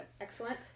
excellent